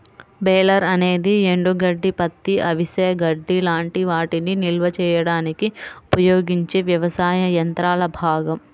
baler అనేది ఎండుగడ్డి, పత్తి, అవిసె గడ్డి లాంటి వాటిని నిల్వ చేయడానికి ఉపయోగించే వ్యవసాయ యంత్రాల భాగం